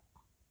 fifty sharp